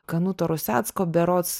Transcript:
kanuto rusecko berods